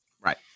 right